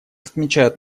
отмечают